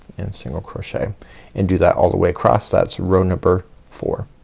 and single crochet and do that all the way across that's row number four.